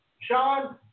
Sean